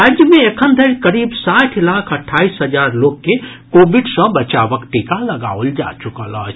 राज्य मे एखन धरि करीब साठि लाख अट्ठाईस हजार लोक के कोविड सँ बचावक टीका लगाओल जा चुकल अछि